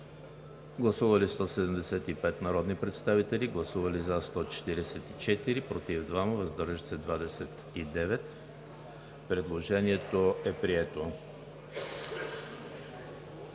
Гласували 175 народни представители: за 144, против 2, въздържали се 29. Предложението е прието.